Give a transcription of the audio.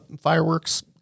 fireworks